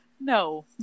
No